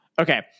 Okay